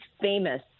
famous